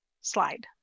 Slide